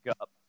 up